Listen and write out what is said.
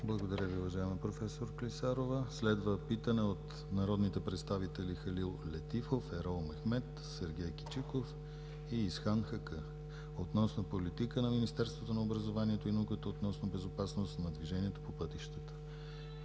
Благодаря Ви, уважаема проф. Клисарова. Следва питане от народните представители Халил Летифов, Ерол Мехмед, Сергей Кичиков и Исхан Хаккъ относно политика на Министерството на образованието и науката относно безопасност на движението по пътищата.